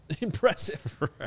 impressive